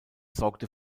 sorgte